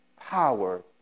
power